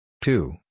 two